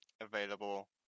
available